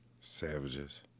Savages